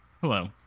Hello